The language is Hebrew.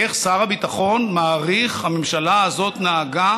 איך שר הביטחון מעריך שהממשלה הזאת נהגה